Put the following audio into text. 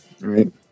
right